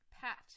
Pat